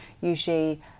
usually